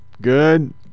good